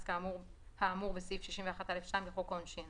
האמור בסעיף 61(א)(2) לחוק העונשין